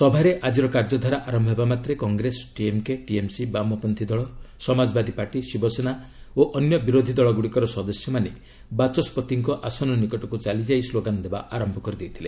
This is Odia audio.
ସଭାରେ ଆଜିର କାର୍ଯ୍ୟଧାରା ଆରମ୍ଭ ହେବା ମାତ୍ରେ କଂଗ୍ରେସ ଡିଏମ୍କେ ଟିଏମ୍ସି ବାମପନ୍ତ୍ରୀ ଦଳ ସମାଜବାଦୀ ପାର୍ଟି ଶିବ ସେନା ଓ ଅନ୍ୟ ବିରୋଧୀ ଦଳଗୁଡ଼ିକର ସଦସ୍ୟମାନେ ବାଚସ୍କତିଙ୍କ ଆସନ ନିକଟକୁ ଚାଲିଯାଇ ସ୍କୋଗାନ୍ ଦେବା ଆରମ୍ଭ କରିଦେଇଥିଲେ